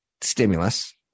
stimulus